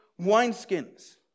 wineskins